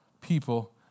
people